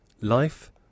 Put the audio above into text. Life